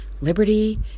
liberty